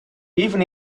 even